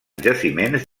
jaciments